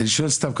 אני שואל סתם.